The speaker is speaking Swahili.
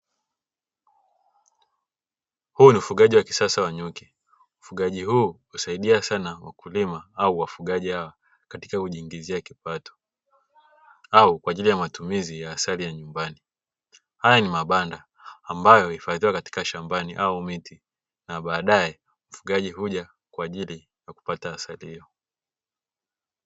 Huu ni ufugaji wa kisasa wa nyuki ufugaji huu husaidia sana wakulima au wafugaji hawa katika kujiingizia kipato, au kwa ajili ya matumizi ya asali ya nyumbani haya ni mabanda ambayo huhifadhiwa katika shambani au miti na baadaye mfugaji huja kwa ajili ya kupata asali hiyo.